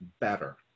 better